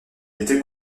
était